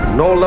no